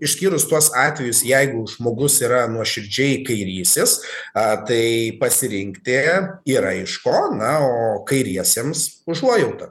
išskyrus tuos atvejus jeigu žmogus yra nuoširdžiai kairysis a tai pasirinkti yra iš ko na o kairiesiems užuojauta